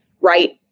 right